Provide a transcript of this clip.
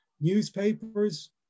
newspapers